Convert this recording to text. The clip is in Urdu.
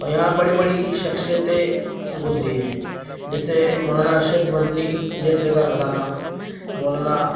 اور یہاں بڑی بڑی شخصیتیں گزری ہیں جیسے مولانا ارشد مدنی جیسے کا گھرانہ مولانا